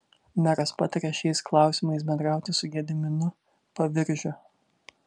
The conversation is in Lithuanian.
meras patarė šiais klausimais bendrauti su gediminu paviržiu